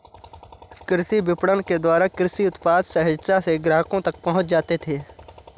कृषि विपणन के द्वारा कृषि उत्पाद सहजता से ग्राहकों तक पहुंच जाते हैं